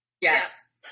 Yes